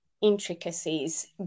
intricacies